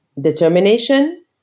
Determination